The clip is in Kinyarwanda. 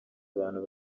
abantu